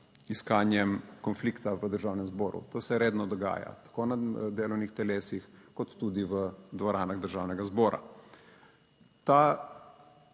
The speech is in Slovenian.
iskanjem konflikta v Državnem zboru. To se redno dogaja, tako na delovnih telesih kot tudi v dvoranah Državnega zbora. Ta